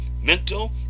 mental